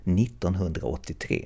1983